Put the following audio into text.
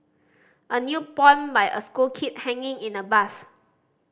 a new poem by a school kid hanging in a bus